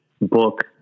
book